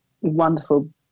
wonderful